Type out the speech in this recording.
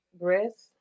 breath